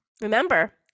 remember